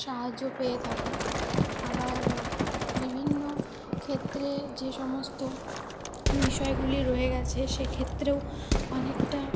সাহায্য পেয়ে থাকে আবার বিভিন্ন ক্ষেত্রে যে সমস্ত বিষয়গুলি রয়ে গিয়েছে সেক্ষেত্রেও অনেকটা